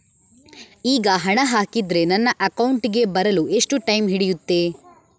ಈಗ ಹಣ ಹಾಕಿದ್ರೆ ನನ್ನ ಅಕೌಂಟಿಗೆ ಬರಲು ಎಷ್ಟು ಟೈಮ್ ಹಿಡಿಯುತ್ತೆ?